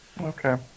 Okay